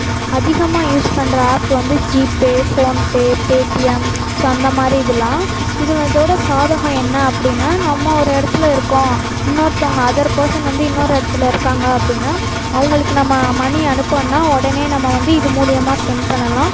அதிகமா யூஸ் பண்ணுற ஆப் வந்து ஜீபே ஃபோன்பே பேடிஎம் ஸோ அந்த மாதிரி இதெலாம் இது வந்து இதோடய சாதகம் என்ன அப்படின்னா நம்ம ஒரு இடத்துல இருக்கோம் இன்னொருத்தவங்க அதர் பர்ஸன் வந்து இன்னோரு இடத்துல இருக்காங்க அப்படின்னா அவங்களுக்கு நம்ம மணி அனுப்பணுன்னால் உடனே நம்ம வந்து இது மூலயமா செண்ட் பண்ணலாம்